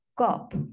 Cop